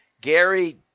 Gary